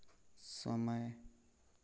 समय